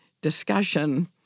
discussion